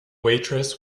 waitress